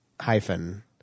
hyphen